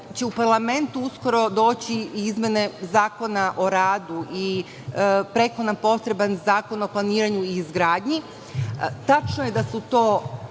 će u Parlament uskoro doći i izmene Zakona o radu i preko potreban Zakon o planiranju i izgradnji. Tačno